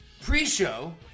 Pre-show